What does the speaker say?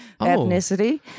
ethnicity